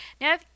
Now